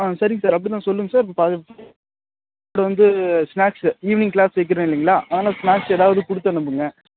ஆ சரிங்க சார் அப்படிதான் சொல்லுங்கள் சார் அப்புறம் வந்து ஸ்நாக்ஸ்ஸு ஈவினிங் கிளாஸ் வக்கிறேன் இல்லைங்களா அதனால் ஸ்நாக்ஸ் ஏதாவது கொடுத்தனுப்புங்க